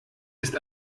ist